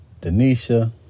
Denisha